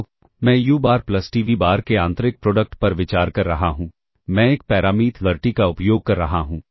तो मैं u बार प्लस t v बार के आंतरिक प्रोडक्ट पर विचार कर रहा हूं मैं एक पैरामीटर t का उपयोग कर रहा हूं